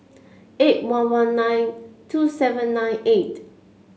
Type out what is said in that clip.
eight one one nine two seven nine eight